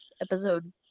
episode